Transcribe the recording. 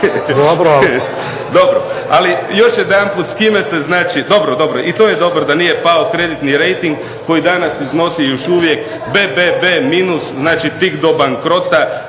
ture. Ali još jedanput, s kime se znači, dobro, dobro i to je dobro da nije pao kreditni rejting koji danas iznosi još uvijek BBB- znači tik do bankrota.